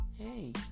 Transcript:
Hey